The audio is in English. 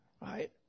Right